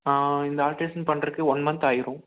இந்த ஆல்ட்ரேஷன் பண்ணுறக்கு one month ஆயிடும்